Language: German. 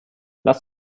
lass